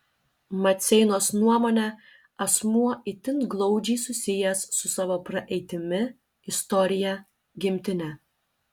maceinos nuomone asmuo itin glaudžiai susijęs su savo praeitimi istorija gimtine